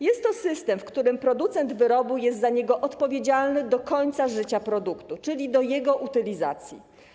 Jest to system, w którym producent wyrobu jest za niego odpowiedzialny do końca życia produktu, czyli do czasu jego utylizacji.